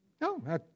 No